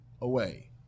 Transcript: away